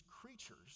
creatures